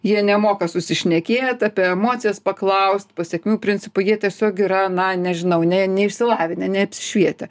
jie nemoka susišnekėt apie emocijas paklaust pasekmių principų jie tiesiog yra na nežinau ne neišsilavinę neapsišvietę